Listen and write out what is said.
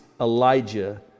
Elijah